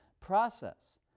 process